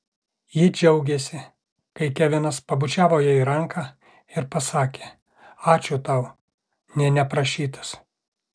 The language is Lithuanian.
ji džiaugėsi kai kevinas pabučiavo jai ranką ir pasakė ačiū tau nė neprašytas